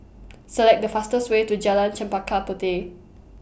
Select The fastest Way to Jalan Chempaka Puteh